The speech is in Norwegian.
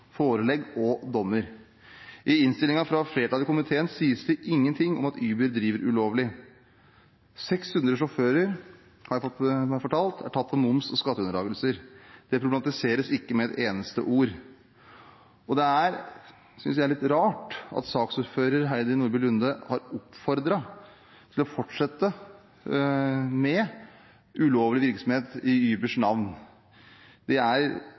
forelegg og dommer. I innstillingen fra flertallet i komiteen sies det ingenting om at Uber driver ulovlig. 600 sjåfører er, som det er blitt meg fortalt, tatt for moms- og skatteunndragelser. Det problematiseres ikke med et eneste ord. Og det er, synes jeg, litt rart at saksordfører Heidi Nordby Lunde har oppfordret til å fortsette med ulovlig virksomhet i Ubers navn. Det er